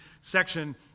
section